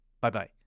Bye-bye